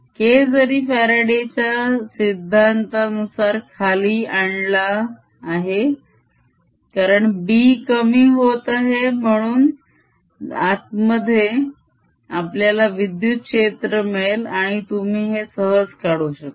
K जरी Faraday च्या सिद्धांतानुसार Faraday's law खाली आणला आहे कारण B कमी होत आहे म्हणून आतमध्ये आपल्याला विद्युत क्षेत्र मिळेल आणि तुम्ही हे सहज काढू शकता